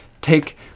take